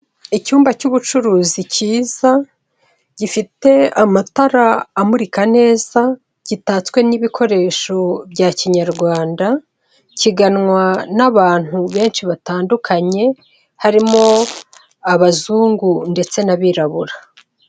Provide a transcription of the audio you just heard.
Icyumba cy'ubucuruzi kiza gifite amatara amurika neza, gitatswe n'ibikoresho bya kinyarwanda kiganwa n'abantu benshi batandukanye, harimo abazungu ndetse n'abirabura.